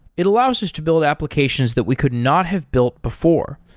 it allows us to build applications that we could not have built before,